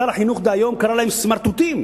שר החינוך דהיום קרא להם סמרטוטים.